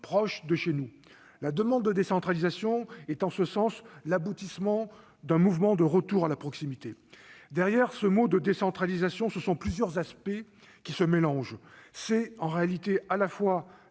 proches de chez nous. » La demande de décentralisation est en ce sens l'aboutissement d'un mouvement de retour à la proximité. Derrière le mot de décentralisation, plusieurs aspects se mélangent : la décentralisation